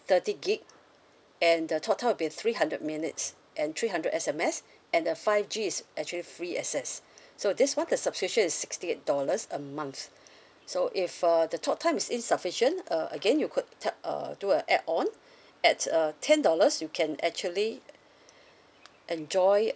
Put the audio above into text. thirty gig and the talk time will be three hundred minutes and three hundred S_M_S and the five G is actually free access so this one the subscription is sixty eight dollars a month so if uh the talk times is insufficient uh again you could top uh do a add on at uh ten dollars you can actually enjoy